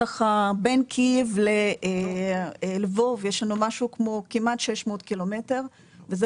בין קייב ללבוב יש לנו משהו כמו כמעט 600 קילומטר וזה